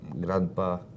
grandpa